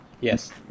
Yes